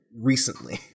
recently